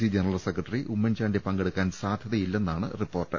C general secretary Oommen Chandy പങ്കെടുക്കാൻ സാധ്യതയില്ലെന്നാണ് report